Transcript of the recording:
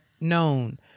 known